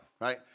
right